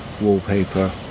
wallpaper